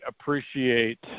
appreciate